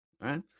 right